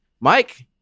Mike